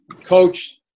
Coach